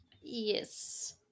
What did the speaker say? Yes